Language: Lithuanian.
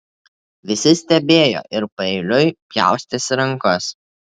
visi stebėjo ir paeiliui pjaustėsi rankas